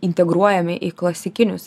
integruojame į klasikinius